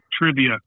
trivia